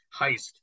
heist